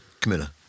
Camilla